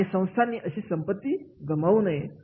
आणि संस्थांनी अशी संपत्ती गमावू नये